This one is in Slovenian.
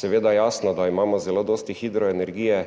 Seveda je jasno, da imamo zelo dosti hidroenergije,